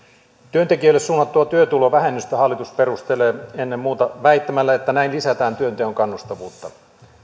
työntekijöille suunnattua työtulovähennystä hallitus perustelee ennen muuta väittämällä että näin lisätään työnteon kannustavuutta